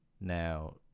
Now